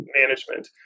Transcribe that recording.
management